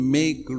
make